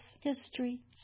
history